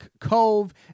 Cove